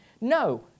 No